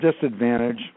disadvantage